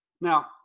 now